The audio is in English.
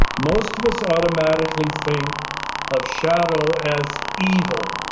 most of us automatically think of shadow as evil.